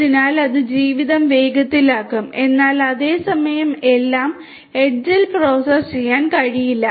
അതിനാൽ അത് ജീവിതം വേഗത്തിലാക്കും എന്നാൽ അതേ സമയം എല്ലാം അരികിൽ പ്രോസസ്സ് ചെയ്യാൻ കഴിയില്ല